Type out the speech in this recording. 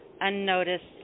unnoticed